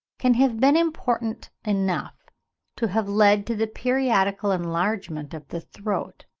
can have been important enough to have led to the periodical enlargement of the throat.